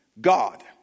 God